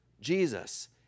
Jesus